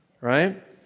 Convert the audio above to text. right